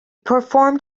performed